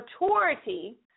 maturity